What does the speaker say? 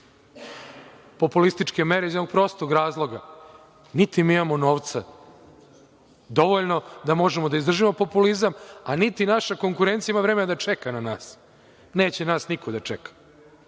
populističke mere iz jednog prostog razloga, niti mi imamo novca dovoljno da možemo da izdržimo populizam niti naša konkurencija ima vremena da čeka na nas. Neće nas niko da čeka.